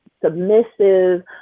submissive